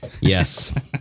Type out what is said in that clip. Yes